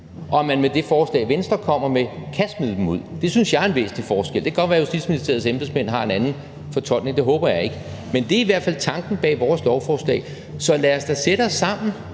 og om man med det forslag, Venstre kommer med, kan smide dem ud. Det synes jeg er en væsentlig forskel. Det kan godt være, at Justitsministeriets embedsmænd har en anden fortolkning, men det håber jeg ikke. Det er i hvert fald tanken bag vores ændringsforslag. Lad os da sætte os sammen